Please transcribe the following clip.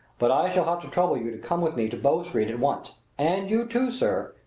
but i shall have to trouble you to come with me to bow street at once and you, too, sir,